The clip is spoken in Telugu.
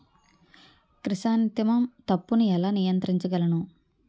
క్రిసాన్తిమం తప్పును ఎలా నియంత్రించగలను?